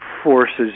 forces